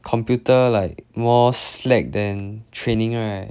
computer like more slack then training right